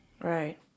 Right